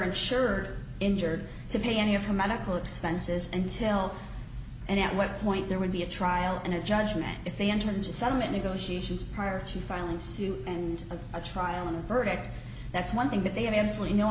insured injured to pay any of her medical expenses and till and at what point there would be a trial and a judgment if they entered into settlement negotiations prior to filing suit and of a trial and verdict that's one thing but they have absolutely no